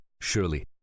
Surely